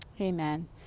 amen